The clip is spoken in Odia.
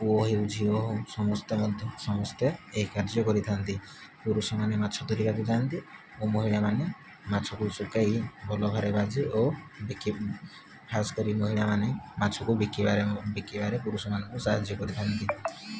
ପୁଅ ହେଉ ଝିଅ ହୋଉ ସମସ୍ତେ ମଧ୍ୟ ସମସ୍ତେ ଏହି କାର୍ଯ୍ୟ କରି ଥାଆନ୍ତି ପୁରୁଷମାନେ ମାଛ ଧରିବାକୁ ଯାଆନ୍ତି ଓ ମହିଳାମାନେ ମାଛକୁ ଶୁଖାଇ ଭଲ ଭାବରେ ଭାଜି ଓ ବିକି ଖାସ୍ କରି ମହିଳାମାନେ ମାଛକୁ ବିକିବାରେ ବିକିବାରେ ପୁରୁଷମାନଙ୍କୁ ସାହାଯ୍ୟ କରିଥାନ୍ତି